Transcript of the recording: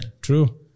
True